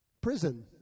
prison